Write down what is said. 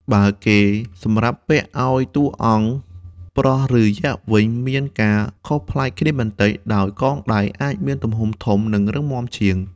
បើគេសម្រាប់ពាក់ឲ្យតួអង្គប្រុសឬយក្សវិញមានការខុសប្លែកគ្នាបន្តិច ដោយកងដៃអាចមានទំហំធំ និងរឹងមាំជាង។